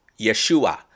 Yeshua